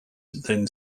then